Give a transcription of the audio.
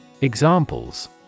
Examples